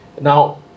Now